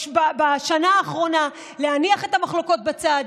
בשנה האחרונה להניח את המחלוקות בצד.